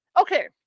Okay